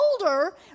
older